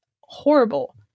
horrible